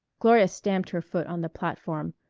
gloria stamped her foot on the platform.